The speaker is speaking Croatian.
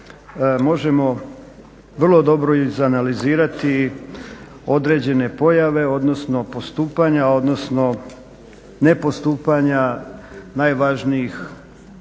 možemo vrlo dobro izanalizirati određene pojave, odnosno postupanja odnosno nepostupanja najvažnijih